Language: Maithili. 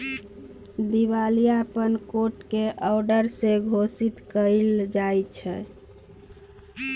दिवालियापन कोट के औडर से घोषित कएल जाइत छइ